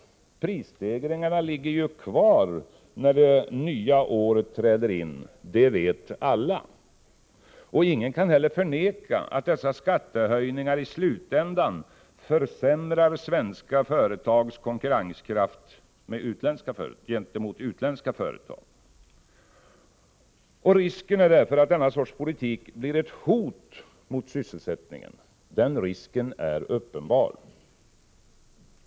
Prisstegringarna ligger ju kvar när det nya året träder in, det vet alla. Ingen kan heller förneka att dessa skattehöjningar i slutändan försämrar svenska företags konkurrenskraft gentemot utländska företag. Risken för att denna politik blir ett hot mot sysselsättningen är uppenbar.